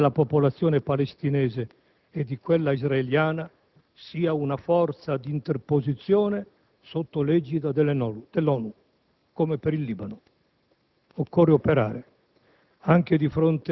e perché a garantire la sicurezza della popolazione palestinese e di quella israeliana sia una forza di interposizione sotto l'egida dell'ONU, come per il Libano.